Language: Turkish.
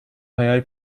hayal